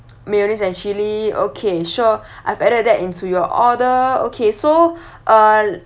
mayonnaise and chilli okay sure I've added that into your order okay so uh